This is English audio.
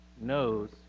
knows